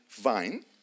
vine